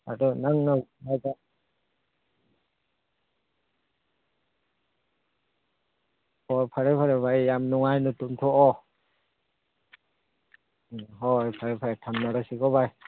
ꯑꯗꯣ ꯅꯪꯅ ꯍꯥꯏꯕ ꯑꯣ ꯐꯔꯦ ꯐꯔꯦ ꯚꯥꯏ ꯌꯥꯝ ꯅꯨꯡꯉꯥꯏꯅ ꯇꯨꯝꯊꯣꯛꯑꯣ ꯎꯝ ꯍꯣꯏ ꯍꯣꯏ ꯐꯔꯦ ꯐꯔꯦ ꯊꯝꯅꯔꯁꯤꯀꯣ ꯚꯥꯏ